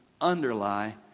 underlie